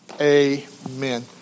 Amen